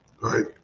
right